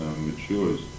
matures